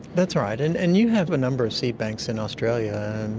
that's right, and and you have a number of seed banks in australia.